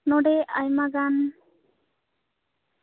ᱱᱚᱸᱰᱮ ᱟᱭᱢᱟ ᱜᱟᱱ